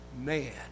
man